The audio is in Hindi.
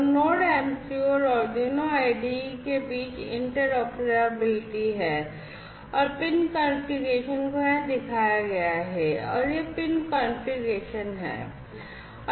तो नोड MCU और Arduino IDE के बीच इंटरऑपरेबिलिटी है और पिन कॉन्फ़िगरेशन को यहां दिखाया गया है यह पिन कॉन्फ़िगरेशन है